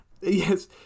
Yes